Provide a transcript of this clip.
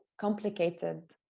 complicated